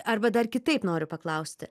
arba dar kitaip noriu paklausti